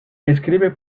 escribe